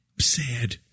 Sad